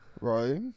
Right